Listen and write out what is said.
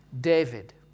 David